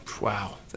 wow